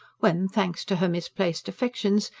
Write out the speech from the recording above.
when, thanks to her misplaced affections,